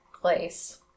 place